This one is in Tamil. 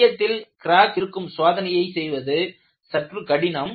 மையத்தில் கிராக் இருக்கும் சோதனையை செய்வது சற்று கடினம்